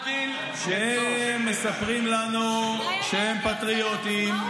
גיל 31. שהם מספרים לנו שהם פטריוטים.